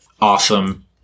awesome